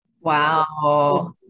Wow